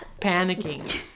panicking